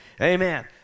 Amen